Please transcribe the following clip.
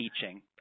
teaching